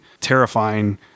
terrifying